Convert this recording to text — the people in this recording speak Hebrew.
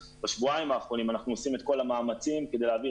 בשבועיים האחרונים אנחנו עושים את כל המאמצים כדי להעביר